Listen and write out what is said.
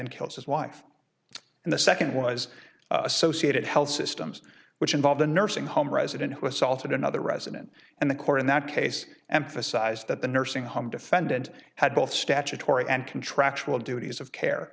and kills as well and the second was associated health systems which involved a nursing home resident who assaulted another resident and the court in that case emphasized that the nursing home defendant had both statutory and contractual duties of care